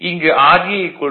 இங்கு ra 0